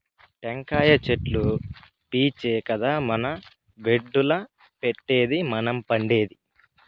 టెంకాయ చెట్లు పీచే కదా మన బెడ్డుల్ల పెట్టేది మనం పండేది